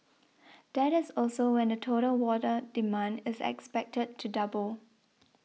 that is also when the total water demand is expected to double